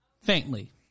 Faintly